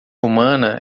humana